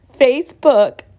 Facebook